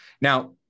Now